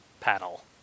panel